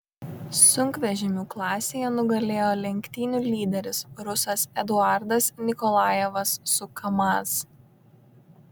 sunkvežimių klasėje nugalėjo lenktynių lyderis rusas eduardas nikolajevas su kamaz